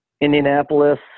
indianapolis